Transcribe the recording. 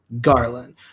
garland